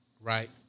Right